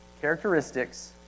characteristics